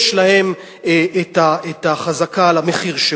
יש להם חזקה על המחיר,